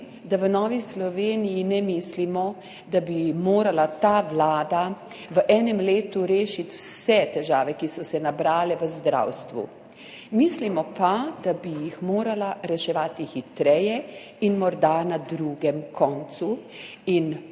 da v Novi Sloveniji ne mislimo, da bi morala ta vlada v enem letu rešiti vse težave, ki so se nabrale v zdravstvu, mislimo pa, da bi jih morala reševati hitreje in morda na drugem koncu. Pri tem bi